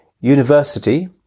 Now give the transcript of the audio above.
University